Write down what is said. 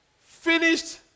finished